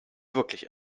wirklich